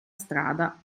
strada